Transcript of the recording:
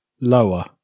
Lower